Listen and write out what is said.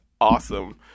awesome